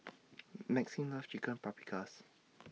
Maxim loves Chicken Paprikas